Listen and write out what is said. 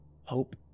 Hope